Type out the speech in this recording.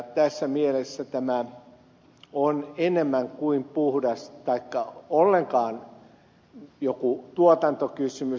tässä mielessä tämä on enemmän kuin puhdas taikka ollenkaan joku tuotantokysymys